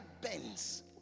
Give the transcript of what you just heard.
bends